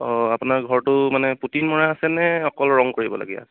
অ আপোনাৰ ঘৰটো মানে পুটিন মৰা আছেনে অকল ৰং কৰিবলগীয়া